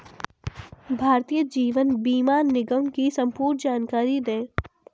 भारतीय जीवन बीमा निगम की संपूर्ण जानकारी दें?